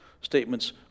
statements